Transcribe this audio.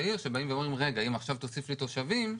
עיר שאומרים: אם עכשיו תוסיף לי תושבים,